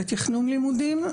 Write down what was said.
בתכנון לימודים,